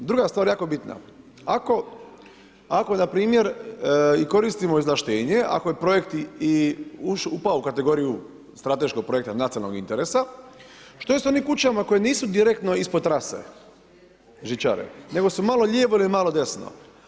Druga stvar, jako bitno, ako npr. korištemo izvlaštenje, ako je projekt i upao u kategoriju strateškog projekta, nacionalnog interesa, što je s onim kućama koje nisu direktno ispod trase, žičare, nego su malo lijevo ili malo desno.